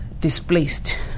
displaced